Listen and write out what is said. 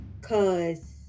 Cause